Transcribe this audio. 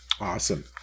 Awesome